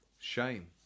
Shame